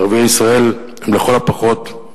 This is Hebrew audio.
ערביי ישראל הם, לכל הפחות,